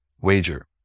wager